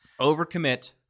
Overcommit